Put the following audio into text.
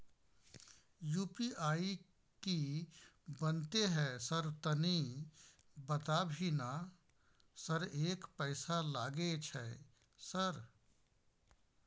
UPI की बनते है सर तनी बता भी ना सर एक पैसा लागे छै सर?